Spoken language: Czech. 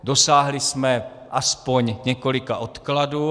Dosáhli jsme aspoň několika odkladů.